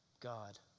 God